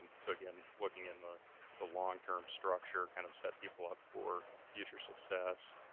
and so again, looking in the the long term structure kind of set people up for future success.